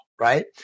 right